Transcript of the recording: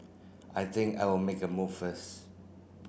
I think I will make a move first